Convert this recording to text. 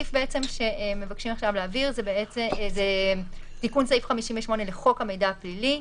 הסעיף שמבקשים עכשיו להעביר זה תיקון סעיף 58 לחוק המידע הפלילי.